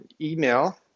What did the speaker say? email